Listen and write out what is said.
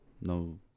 no